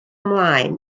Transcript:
mlaen